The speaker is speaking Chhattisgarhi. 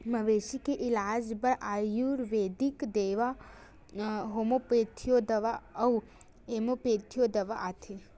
मवेशी के इलाज बर आयुरबेदिक दवा, होम्योपैथिक दवा अउ एलोपैथिक दवा आथे